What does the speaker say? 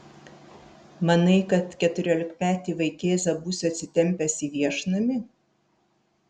manai kad keturiolikmetį vaikėzą būsiu atsitempęs į viešnamį